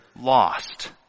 lost